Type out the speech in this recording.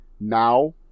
now